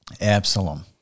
Absalom